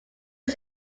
was